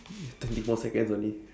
you have twenty four seconds only